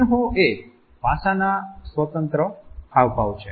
ચિન્હો એ ભાષાના સ્વતંત્ર હાવભાવ છે